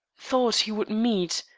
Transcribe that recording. thought he would meet,